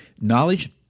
knowledge